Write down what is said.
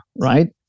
right